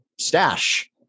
Stash